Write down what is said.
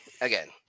again